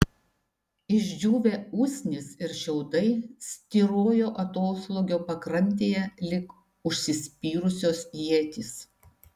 išdžiūvę usnys ir šiaudai styrojo atoslūgio pakrantėje lyg užsispyrusios ietys